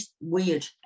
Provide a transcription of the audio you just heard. weird